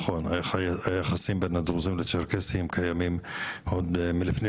נכון היחסים בין הדרוזים לצ'רקסיים קיימים עוד מלפני